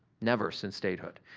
never since statehood.